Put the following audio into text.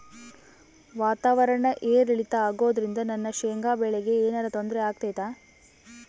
ವಾತಾವರಣ ಏರಿಳಿತ ಅಗೋದ್ರಿಂದ ನನ್ನ ಶೇಂಗಾ ಬೆಳೆಗೆ ಏನರ ತೊಂದ್ರೆ ಆಗ್ತೈತಾ?